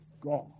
God